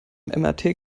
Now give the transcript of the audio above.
mrt